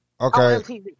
okay